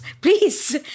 Please